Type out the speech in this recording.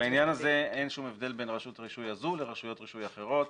בעניין הזה אין שום הבדל בין רשות הרישוי הזו לרשויות רישוי אחרות